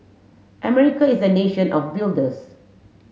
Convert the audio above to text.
America is a nation of builders